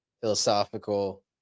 philosophical